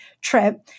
trip